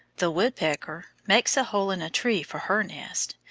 the woodpecker makes a hole in a tree for her nest,